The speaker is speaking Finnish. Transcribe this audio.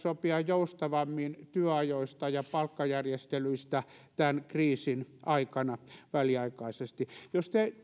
sopia joustavammin työajoista ja palkkajärjestelyistä tämän kriisin aikana väliaikaisesti jos